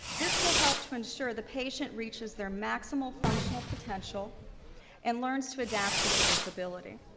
this will help to ensure the patient reaches their maximum functional potential and learns to adapt to their disability.